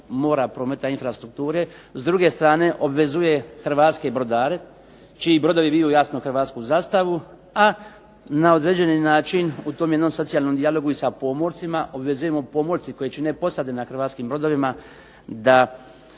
hrvatske brodare čiji brodovi viju jasno hrvatsku zastavu, a na određeni način u tom jednom socijalnom dijalogu i sa pomorcima obvezujemo pomorce koji čine posade na hrvatskim brodovima da u potpunosti